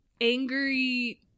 angry